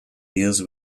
deals